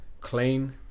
clean